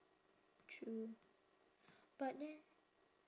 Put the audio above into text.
true but then